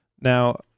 Now